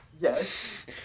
Yes